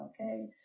okay